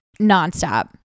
nonstop